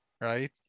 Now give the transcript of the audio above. Right